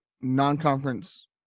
non-conference